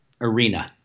arena